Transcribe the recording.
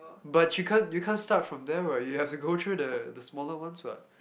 but you can't you can't start from there what you have to go through the the smaller ones [what]